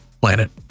planet